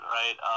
right